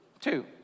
Two